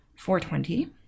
420